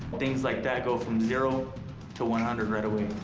things like that go from zero to one hundred right away.